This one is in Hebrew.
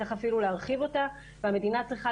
צריך אפילו להרחיב אותה והמדינה צריכה